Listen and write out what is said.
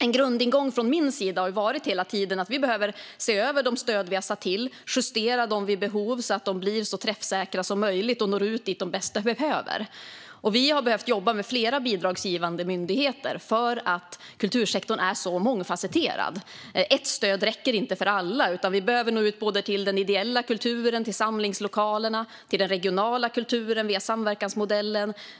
Min grundingång har hela tiden varit att vi behöver se över stöden och justera dem vid behov så att de blir så träffsäkra som möjligt och når ut dit där de bäst behövs. Vi har behövt jobba med flera bidragsgivande myndigheter eftersom kultursektorn är så mångfasetterad. Ett stöd räcker inte för alla, utan vi behöver nå ut till den ideella kulturen, till samlingslokalerna och till den regionala kulturen via samverkansmodellen.